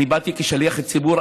אני באתי כשליח ציבור,